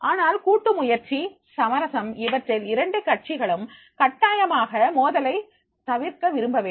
ஆனால் கூட்டு முயற்சி சமரசம் இவற்றில் இரண்டு கட்சிகளும் கட்டாயமாக மோதலை தவிர்க்க விரும்ப வேண்டும்